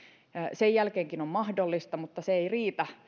sen jälkeenkin on mahdollista mutta se ei riitä